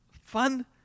fun